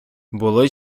були